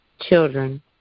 children